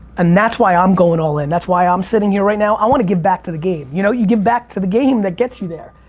and that's why i'm going all-in. that's why i'm sitting here right now. i want to give back to the game. you know, you give back to the game that gets you there.